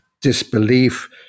disbelief